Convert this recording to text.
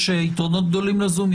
יש יתרונות גדולים לזום,